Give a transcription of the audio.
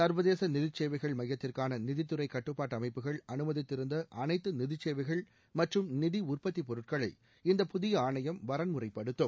சர்வதேச நிதிச்சேவைகள் மையத்திற்கான நிதித்துறை கட்டுப்பாட்டு அமைப்புகள் அனுமதித்திருந்த அளைத்து நிதிச்சேவைகள் மற்றும் நிதி உற்பத்தி பொருட்களை இந்த புதிய ஆணையம் வரன்முறைப்படுத்தும்